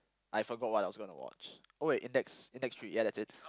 I forgot what I was gonna watch oh wait index index three ya that's it